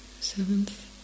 seventh